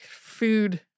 food